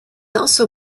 also